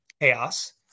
chaos